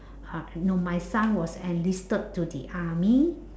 ar~ no my son was enlisted to the army